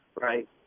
right